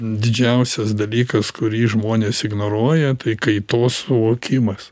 didžiausias dalykas kurį žmonės ignoruoja tai kaitos suvokimas